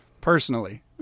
personally